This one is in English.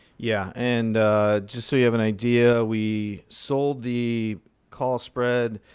yeah, and just so you have an idea, we sold the call spread.